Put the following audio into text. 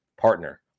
partner